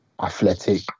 athletic